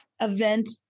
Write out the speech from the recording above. event